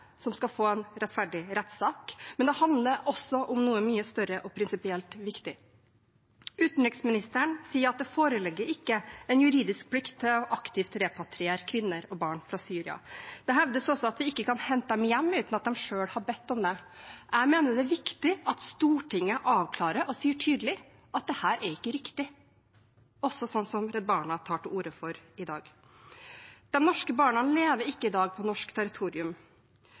som skal få en rettferdig rettsak, men den handler også om noe mye større og prinsipielt viktig. Utenriksministeren sier: «Det foreligger ikke en folkerettslig plikt til å aktivt repatriere kvinner og barn fra Syria.» Det hevdes også at vi ikke kan hente dem hjem uten at de selv har bedt om det. Jeg mener det er viktig at Stortinget avklarer og sier tydelig at dette ikke er riktig, slik også Redd Barna tar til orde for i dag. De norske barna lever ikke i dag på norsk territorium.